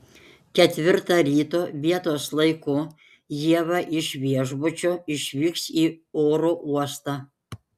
ketvirtą ryto vietos laiku ieva iš viešbučio išvyks į oro uostą